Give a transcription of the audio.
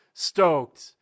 stoked